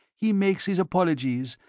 he makes his apologies,